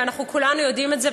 וכולנו יודעים את זה,